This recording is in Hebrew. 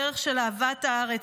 דרך של אהבת הארץ,